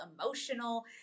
emotional